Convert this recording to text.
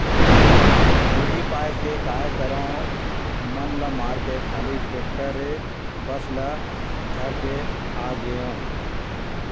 उही पाय के काय करँव मन ल मारके खाली टेक्टरे बस ल धर के आगेंव